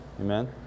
Amen